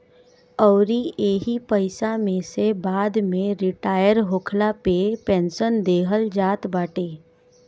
अउरी एही पईसा में से बाद में रिटायर होखला पे पेंशन देहल जात बाटे